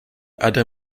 other